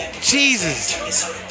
Jesus